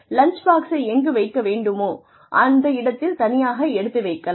lunch பாக்ஸை எங்கு வைக்க வேண்டுமோ அந்த இடத்தில் தனியாக எடுத்து வைக்கலாம்